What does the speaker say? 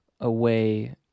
away